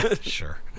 sure